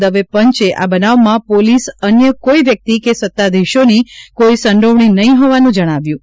દવે પંચે આ બનાવમાં પોલીસ અન્ય કોઇ વ્યક્તિ કે સત્તાધીશોની કોઇ સંડોવણી નહીં હોવાનું જણાવ્યું છે